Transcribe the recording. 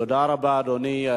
תודה רבה, אדוני.